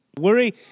Worry